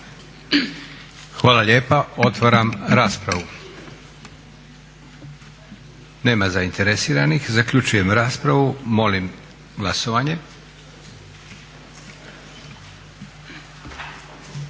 Hvala lijepa. Otvaram raspravu. Nema zainteresiranih. Zaključujem raspravu. Molim glasovanje.